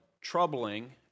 troubling